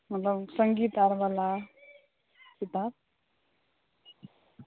सङ्गीत आर वाला किताब